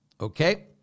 Okay